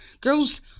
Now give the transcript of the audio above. Girls